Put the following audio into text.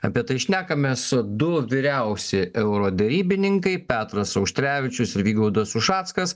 apie tai šnekamės du vyriausi euroderybininkai petras auštrevičius ir vygaudas ušackas